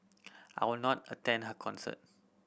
I would not attend her concerts